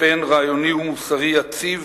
מצפן רעיוני ומוסרי יציב